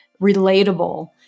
relatable